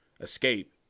escape